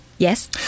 Yes